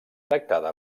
tractada